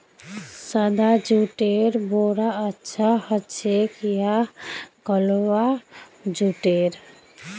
सादा जुटेर बोरा अच्छा ह छेक या कलवा जुटेर